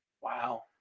Wow